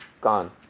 gone